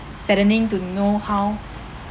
saddening to know how